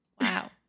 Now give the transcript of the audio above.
Wow